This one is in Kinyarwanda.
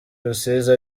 rusizi